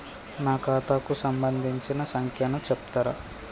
నా ఖాతా కు సంబంధించిన సంఖ్య ను చెప్తరా?